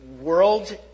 world